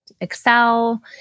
excel